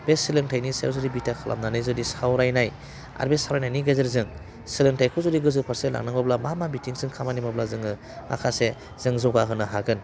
बे सोलोंथाइनि सायाव जुदि बिथा खालामनानै जुदि सावरायनाय आरो बे सावरायनायनि गेजेरजों सोलोंथाइखौ जुदि गोजौ फारसे लांनांगौब्ला मा मा बिथिंजों खामानि मावोब्ला जोङो माखासे जों जौगाहोनो हागोन